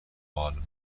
وال